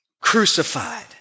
crucified